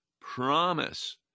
promise